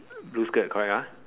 blue skirt correct ah